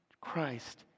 Christ